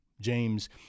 James